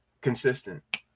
consistent